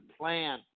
plan